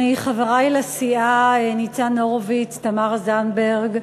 חברי לסיעה ניצן הורוביץ ותמר זנדברג,